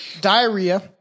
diarrhea